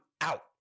out